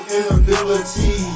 inability